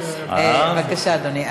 בבקשה, אדוני.